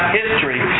history